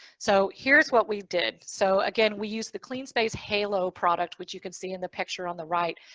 so here's what we did. so again we used the cleanspace halo product, which you can see in the picture on the right,